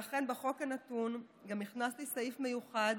לכן בחוק הנתון גם הכנסתי סעיף מיוחד